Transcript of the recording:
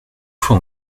fois